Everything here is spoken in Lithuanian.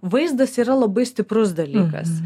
vaizdas yra labai stiprus dalykas